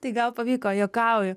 tai gal pavyko juokauju